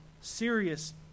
serious